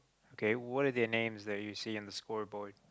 okay what is their names that you see on the score board